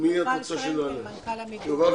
יובל